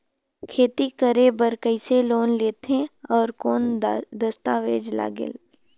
खेती करे बर कइसे लोन लेथे और कौन दस्तावेज लगेल?